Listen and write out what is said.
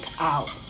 out